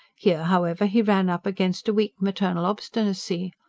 here, however, he ran up against a weak maternal obstinacy.